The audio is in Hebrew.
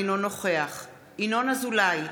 אינו נוכח ינון אזולאי,